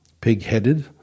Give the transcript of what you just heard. pig-headed